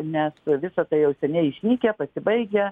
nes visa tai jau seniai išnykę pasibaigę